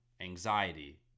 anxiety